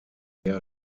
der